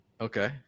Okay